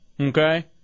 Okay